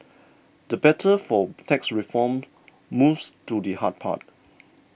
the battle for tax reform moves to the hard part